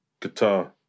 guitar